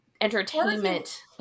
entertainment